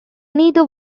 neither